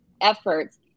efforts